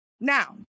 Now